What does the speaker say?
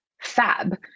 fab